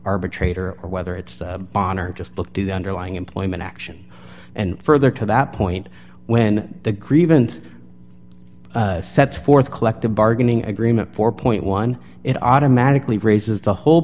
arbitrator or whether it's bon or just look to the underlying employment action and further to that point when the grievance sets forth collective bargaining agreement for point one it automatically raises the whole